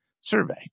survey